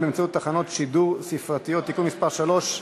באמצעות תחנות שידור ספרתיות (תיקון מס' 3),